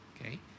okay